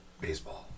Baseball